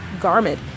garment